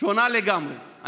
שונה לגמרי.